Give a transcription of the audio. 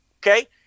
Okay